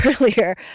earlier